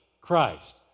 Christ